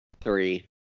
Three